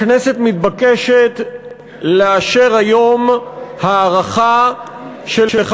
הכנסת מתבקשת לאשר היום הארכה של אחד